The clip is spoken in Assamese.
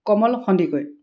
কমল সন্দিকৈ